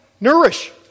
Nourish